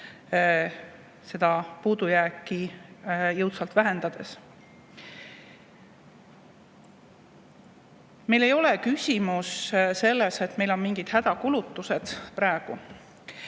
seda puudujääki jõudsalt vähendades. Meil ei ole küsimus selles, et meil on praegu mingid hädakulutused.